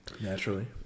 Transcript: Naturally